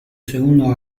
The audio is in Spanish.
segundo